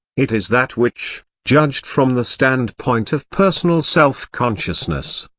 it is that which, judged from the standpoint of personal self-consciousness,